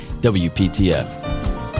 WPTF